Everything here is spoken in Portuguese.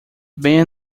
venha